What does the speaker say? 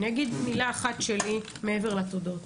אגיד מילה אחת שלי מעבר לתודות.